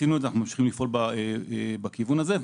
עשינו את זה, אנחנו ממשיכים לפעול בכיוון הזה.